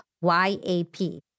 Y-A-P